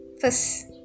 First